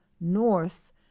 north